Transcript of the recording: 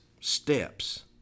steps